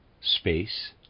space